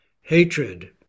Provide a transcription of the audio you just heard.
hatred